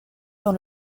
dans